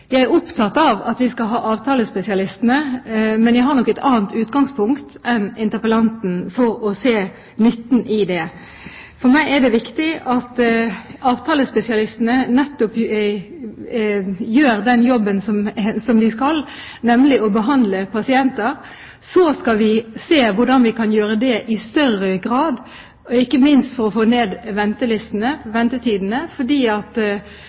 jeg er opptatt av at vi skal ha avtalespesialister, men at jeg nok har et annet utgangspunkt enn interpellanten når det gjelder å se nytten i det. For meg er det viktig at avtalespesialistene nettopp gjør den jobben de skal – nemlig å behandle pasienter. Så skal vi se hvordan de kan gjøre det i større grad, ikke minst for å få ned